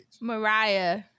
Mariah